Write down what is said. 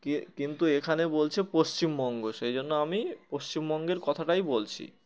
কে কিন্তু এখানে বলছে পশ্চিমবঙ্গ সেই জন্য আমি পশ্চিমবঙ্গের কথাটাই বলছি